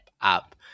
up